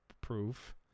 proof